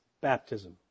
baptism